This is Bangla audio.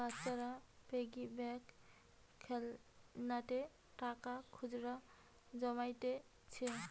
বাচ্চারা পিগি ব্যাঙ্ক খেলনাতে টাকা খুচরা জমাইতিছে